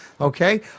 Okay